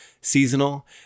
seasonal